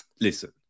listen